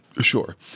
Sure